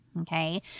okay